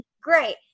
Great